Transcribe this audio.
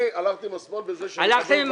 אני הלכתי עם השמאל בזה ש- -- הלכתם עם